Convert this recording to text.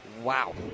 wow